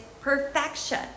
perfection